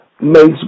makes